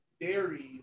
dairies